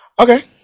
Okay